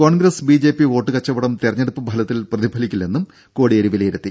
Congress B J P വോട്ടുകച്ചവടം തിരഞ്ഞെടുപ്പ് ഫലത്തിൽ പ്രതിഫലിക്കില്ലെന്നും കോടിയേരി വിലയിരുത്തി